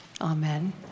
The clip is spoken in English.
Amen